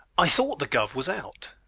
i thought the gov. was out.